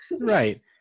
Right